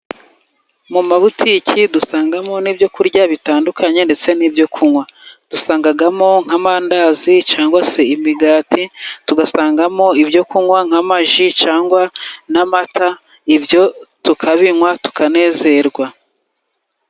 Mu mabutiki dusangamo n'ibyo kurya bitandukanye ndetse n'ibyo kunywa. Dusangamo nk'amandazi cyangwa se imigati, tugasangamo ibyo kunywa nk'amaji cyangwa n'amata. Ibyo tukabinywa tukanezerwa.